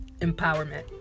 empowerment